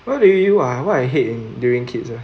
what do you ah what I hate in during kids ah